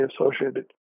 associated